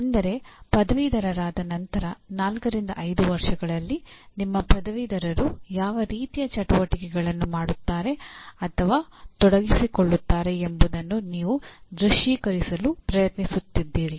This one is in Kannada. ಅಂದರೆ ಪದವೀಧರರಾದ ನಂತರ ನಾಲ್ಕರಿಂದ ಐದು ವರ್ಷಗಳಲ್ಲಿ ನಿಮ್ಮ ಪದವೀಧರರು ಯಾವ ರೀತಿಯ ಚಟುವಟಿಕೆಗಳನ್ನು ಮಾಡುತ್ತಾರೆ ಅಥವಾ ತೊಡಗಿಸಿಕೊಳ್ಳುತ್ತಾರೆ ಎಂಬುದನ್ನು ನೀವು ದೃಶ್ಯೀಕರಿಸಲು ಪ್ರಯತ್ನಿಸುತ್ತಿದ್ದೀರಿ